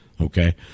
okay